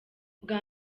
bwa